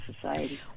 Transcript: society